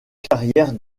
carrière